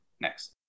next